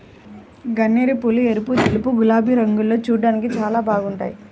గన్నేరుపూలు ఎరుపు, తెలుపు, గులాబీ రంగుల్లో చూడ్డానికి చాలా బాగుంటాయ్